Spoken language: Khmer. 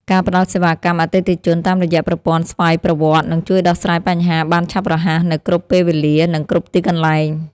ការផ្តល់សេវាកម្មអតិថិជនតាមរយៈប្រព័ន្ធស្វ័យប្រវត្តិនឹងជួយដោះស្រាយបញ្ហាបានឆាប់រហ័សនៅគ្រប់ពេលវេលានិងគ្រប់កន្លែង។